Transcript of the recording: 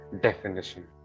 definition